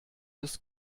des